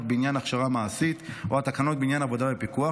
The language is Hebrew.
בעניין הכשרה מעשית או התקנות בעניין עבודה בפיקוח,